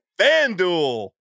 FanDuel